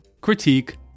critique